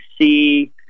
see